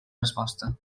resposta